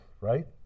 Right